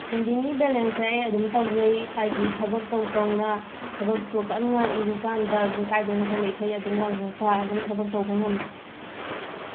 ꯁꯤꯡꯒꯤꯡꯒꯤ ꯕꯦꯂꯦꯟꯁꯁꯦ ꯑꯩ ꯑꯗꯨꯝ ꯇꯧꯖꯩ ꯍꯥꯏꯗꯤ ꯊꯕꯛ ꯇꯧ ꯇꯧꯅ ꯊꯕꯛꯇꯣ ꯀꯟꯅ ꯏꯔꯤꯀꯥꯟꯗ ꯀꯥꯏꯗꯩꯅꯣ ꯈꯪꯗꯦ ꯏꯁꯩ ꯑꯗꯨꯝ ꯉꯡꯉꯒ ꯑꯗꯨꯝ ꯊꯕꯛ ꯇꯧꯕ ꯉꯝꯃꯤ